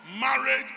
Marriage